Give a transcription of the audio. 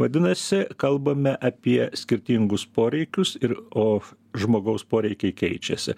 vadinasi kalbame apie skirtingus poreikius ir o žmogaus poreikiai keičiasi